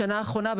בשנה האחרונה,